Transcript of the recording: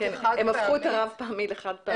הם הפכו את הרב פעמי לחד פעמי.